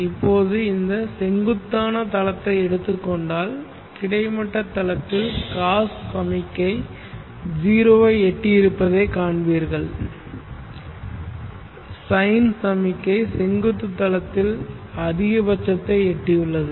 இப்போது இந்த செங்குத்தான தளத்தை எடுத்துக்கொண்டால் கிடைமட்ட தளத்தில் காஸ் சமிக்ஞை 0 ஐ எட்டியிருப்பதைக் காண்பீர்கள் சைன் சமிக்ஞை செங்குத்து தளத்தில் அதிகபட்சத்தை எட்டியுள்ளது